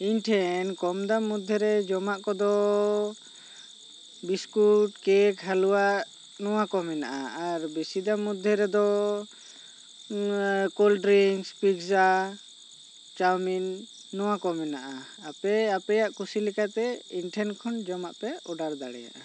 ᱤᱧ ᱴᱷᱮᱱ ᱠᱚᱢᱫᱟᱢ ᱢᱚᱫᱽᱫᱷᱮ ᱨᱮ ᱡᱚᱢᱟ ᱠᱚᱫᱚ ᱵᱤᱥᱠᱩᱴ ᱠᱮᱠ ᱦᱟ ᱞᱣᱟ ᱱᱚᱣᱟ ᱠᱚ ᱢᱮᱱᱟᱜᱼᱟ ᱟᱨ ᱵᱤᱥᱤᱫᱟᱢ ᱢᱚᱫᱽᱫᱮ ᱨᱮᱫᱚ ᱠᱳᱞᱰᱨᱤᱧ ᱯᱤᱡᱽᱡᱟ ᱪᱟᱣᱢᱤᱱ ᱱᱚᱣᱟ ᱠᱚ ᱢᱮᱱᱟᱜᱼᱟ ᱟᱯᱮ ᱟᱯᱮᱭᱟ ᱠᱩᱥᱤ ᱞᱮᱠᱟᱛᱮ ᱤᱧ ᱴᱷᱮᱱ ᱠᱷᱚᱱ ᱡᱚᱢᱟ ᱯᱮ ᱳᱰᱟᱨ ᱫᱟᱲᱮᱭᱟᱜᱼᱟ